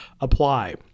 apply